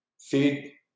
feed